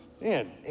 man